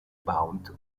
bound